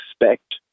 expect